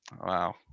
wow